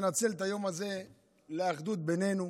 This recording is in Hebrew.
ננצל את היום הזה לאחדות בינינו,